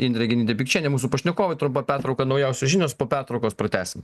indrė genytė pikčienė mūsų pašnekovai trumpa pertrauka naujausios žinios po pertraukos pratęsim